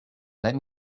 let